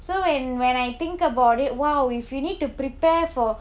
so when when I think about it !wow! if you need to prepare for